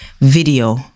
video